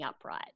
upright